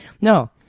No